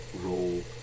role